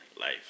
life